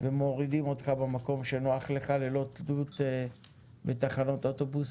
ומורידים אותך במקום שנוח לך ללא תלות בתחנות האוטובוס,